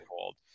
hold